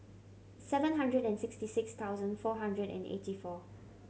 seven hundred and sixty six thousand four hundred and eighty four